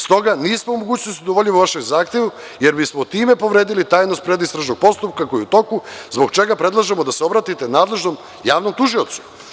S toga nismo u mogućnosti da udovoljimo vašem zahtevu jer bismo time povredili tajnost predistražnog postupka koji je u toku zbog čega predlažemo da se obratite nadležnom javnom tužiocu.